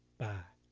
bye!